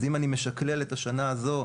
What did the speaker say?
אז אם אני משקלל את השנה הזו,